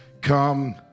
come